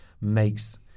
makes